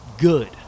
good